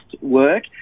work